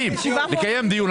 בוועדה לזכויות